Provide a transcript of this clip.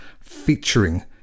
featuring